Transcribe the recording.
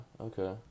okay